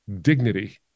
dignity